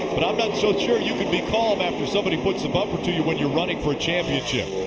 but i'm not so sure you can be calm after somebody puts the bumper to you when you're running for a championship.